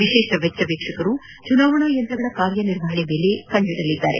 ವಿಶೇಷ ವೆಚ್ಚ ವೀಕ್ಷಕರು ಚುನಾವಣಾ ಯಂತ್ರಗಳ ಕಾರ್ಯನಿರ್ವಹಣೆ ಮೇಲೆ ನಿಗಾ ಇಡಲಿದ್ದಾರೆ